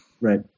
Right